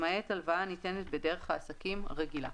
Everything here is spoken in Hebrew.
למעט הלוואה הניתנת בדרך העסקים הרגילה."